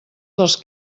dels